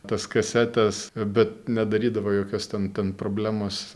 tas kasetes bet nedarydavo jokios ten ten problemos